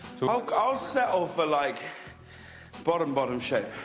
like i'll settle for like bottom, bottoms shape.